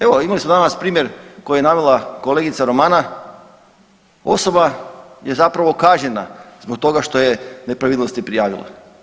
Evo imali smo danas primjer koji je navela kolegica Romana, osoba je zapravo kažnjena zbog toga što je nepravilnosti prijavila.